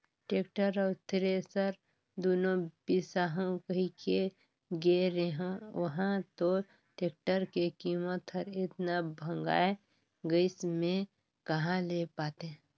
tractor अउ thresher दुनो बिसाहू कहिके गे रेहेंव उंहा तो टेक्टर के कीमत हर एतना भंगाए गइस में कहा ले पातें